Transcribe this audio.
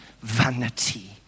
vanity